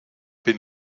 bin